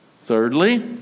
Thirdly